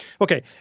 okay